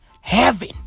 heaven